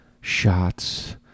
shots